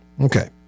Okay